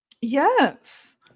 yes